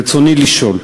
רצוני לשאול: